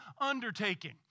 undertaking